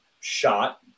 shot